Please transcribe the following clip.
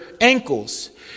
ankles